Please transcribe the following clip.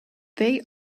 they